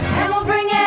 and we'll bring it,